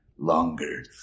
Longer